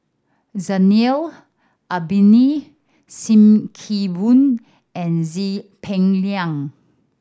Zainal Abidin Sim Kee Boon and Peng Liang